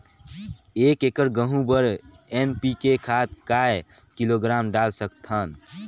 एक एकड़ गहूं बर एन.पी.के खाद काय किलोग्राम डाल सकथन?